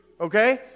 okay